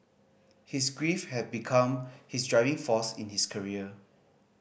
his grief had become his driving force in his career